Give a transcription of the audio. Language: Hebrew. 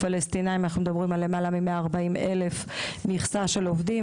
על פלשתינאים אנחנו מדברים על למעלה מ-140,000 מכסה של עובדים,